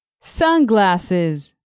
Sunglasses